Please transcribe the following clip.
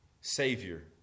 savior